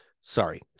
sorry